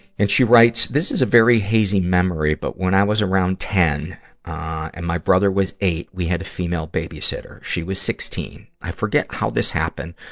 and she writes, this is a very hazy memory, but when i was around ten and my brother was eight, we had a female babysitter. she was sixteen. i forget how this happened,